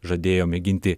žadėjo mėginti